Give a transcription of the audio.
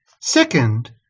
Second